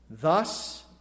Thus